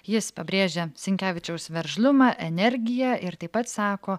jis pabrėžia sinkevičiaus veržlumą energiją ir taip pat sako